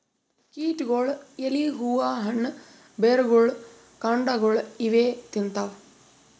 ಕೀಟಗೊಳ್ ಎಲಿ ಹೂವಾ ಹಣ್ಣ್ ಬೆರ್ಗೊಳ್ ಕಾಂಡಾಗೊಳ್ ಇವೇ ತಿಂತವ್